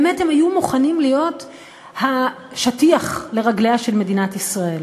באמת הם היו מוכנים להיות השטיח לרגליה של מדינת ישראל.